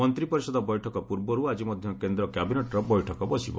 ମନ୍ତ୍ରିପରିଷଦ ବୈଠକ ପୂର୍ବରୁ ଆଜି ମଧ୍ୟ କେନ୍ଦ୍ର କ୍ୟାବିନେଟ୍ର ବୈଠକ ବସିବ